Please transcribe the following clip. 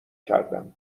کردم